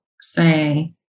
say